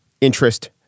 interest